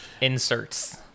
Inserts